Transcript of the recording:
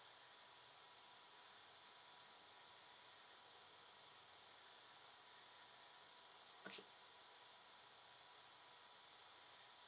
okay